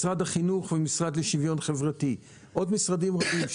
משרד החינוך והמשרד לשוויון חברתי ועוד משרדים רבים,